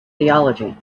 theology